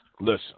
Listen